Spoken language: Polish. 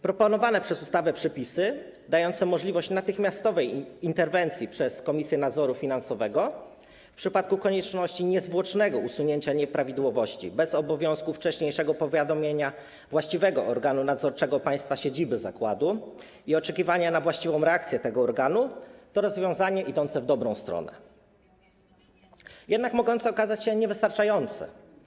Proponowane przez ustawę przepisy dające możliwość natychmiastowej interwencji przez Komisję Nadzoru Finansowego w przypadku konieczności niezwłocznego usunięcia nieprawidłowości bez obowiązku wcześniejszego powiadomienia właściwego organu nadzorczego państwa siedziby zakładu i oczekiwania na właściwą reakcję tego organu to rozwiązanie idące w dobrą stronę, jednak może okazać się niewystarczające.